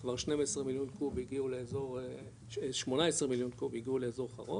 כבר 18 מיליון קוב הגיעו לאזור חרוד